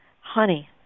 Honey